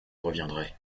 reviendrai